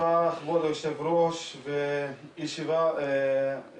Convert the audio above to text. תודה רבה, כבוד היושב ראש, ישיבה חשובה.